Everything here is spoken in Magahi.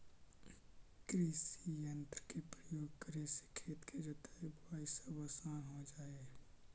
कृषियंत्र के प्रयोग करे से खेत के जोताई, बोआई सब काम असान हो जा हई